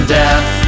death